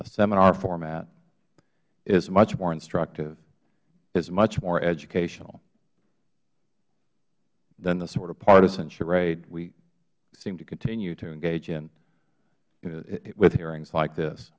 a seminar format is much more instructive is much more educational than the sort of partisan charade we seem to continue to engage in with hearings like this